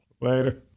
Later